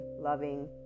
Loving